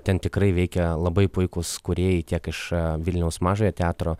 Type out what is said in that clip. ten tikrai veikia labai puikūs kūrėjai tiek iš vilniaus mažojo teatro